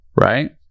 right